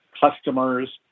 customers